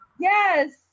Yes